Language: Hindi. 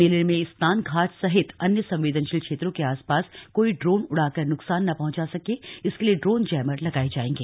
मेले में स्नान घाट सहित अन्य संवेदनशील क्षेत्रों के आसपास कोई ड्रोन उड़ाकर नुकसान ना पहुंचा सके इसके लिए ड्रोन जैमर लगाए जाएंगे